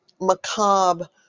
macabre